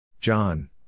John